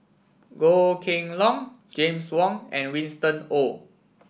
Goh Kheng Long James Wong and Winston Oh